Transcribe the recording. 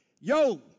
yo